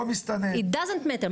זה לא משנה,